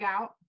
out